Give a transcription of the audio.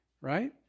right